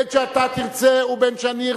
בין שאתה תרצה ובין שאני ארצה,